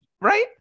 right